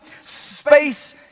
space